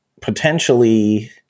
potentially